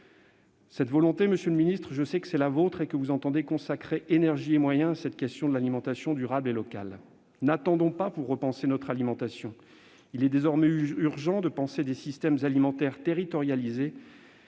cette volonté, monsieur le ministre, est la vôtre, et que vous entendez consacrer énergie et moyens à la question de l'alimentation durable et locale. N'attendons pas pour repenser notre alimentation ! Il est désormais urgent de penser des systèmes alimentaires territorialisés.